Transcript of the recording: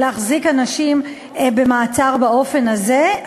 להחזיק אנשים במעצר באופן הזה,